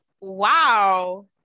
Wow